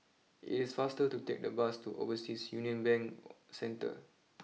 it's faster to take the bus to Overseas Union Bank Centre